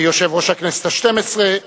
יושב-ראש הכנסת השתים-עשרה,